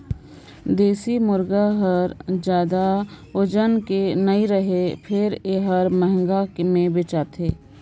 देसी मुरगा हर जादा ओजन के नइ रहें फेर ए हर महंगा में बेचाथे